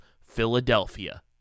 Philadelphia